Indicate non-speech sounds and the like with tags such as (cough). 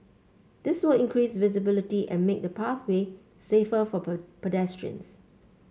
this will increase visibility and make the pathway safer for (unintelligible) pedestrians